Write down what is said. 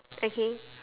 okay